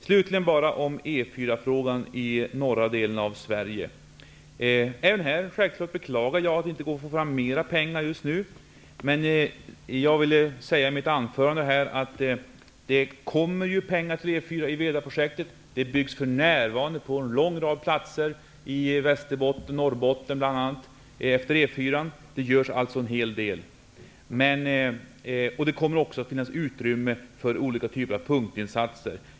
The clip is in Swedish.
Slutligen bara några ord om E 4 i norra delen av Sverige. Självfallet beklagar jag att det inte går att få fram mer pengar nu. Jag sade i mitt anförande att det kommer pengar till E 4 i Vedaprojektet. Det byggs för närvarande på en lång rad platser efter E 4 i bl.a. Västerbotten och Norrbotten. Det kommer dessutom att finnas utrymme för olika typer av punktinsatser.